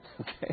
okay